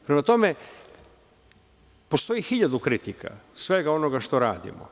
Prema tome, postoji hiljadu kritika svega onoga što radimo.